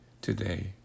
today